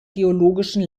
geologischen